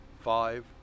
five